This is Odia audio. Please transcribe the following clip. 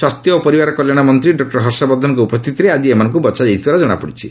ସ୍ୱାସ୍ଥ୍ୟ ଓ ପରିବାର କଲ୍ୟାଶମନ୍ତ୍ରୀ ଡକ୍ଟର ହଷବର୍ଦ୍ଧନଙ୍କ ଉପସ୍ଥିତିରେ ଆକି ଏମାନଙ୍କୁ ବଛାଯାଇଥିବାର ଜଣାପଡ଼ିଛି